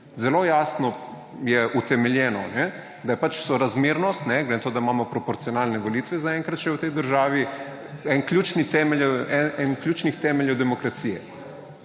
Zelo jasno je utemeljeno, da je pač sorazmernost, glede na to, da imamo proporcionalne volitve zaenkrat še v tej državi, eden ključnih temeljev demokracije.